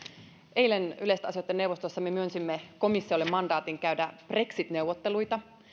eilen yleisten asioitten neuvostossa me myönsimme komissiolle mandaatin käydä brexit neuvotteluita se on